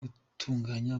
gutunganya